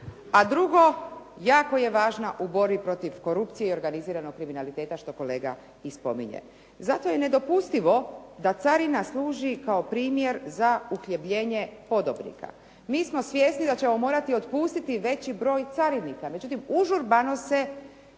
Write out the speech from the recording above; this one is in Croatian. A drugo, jako je važna u borbi protiv korupcije i organiziranog kriminaliteta što kolega i spominje. Zato je i nedopustivo da carina služi kao primjer za …/Govornica se ne razumije./... Mi smo svjesni da ćemo morati otpustiti veći broj carinika. Međutim, užurbano se